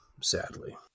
sadly